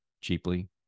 cheaply